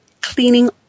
cleaning